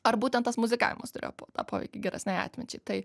ar būtent tas muzikavimas turėjo po tą poveikį geresnei atminčiai tai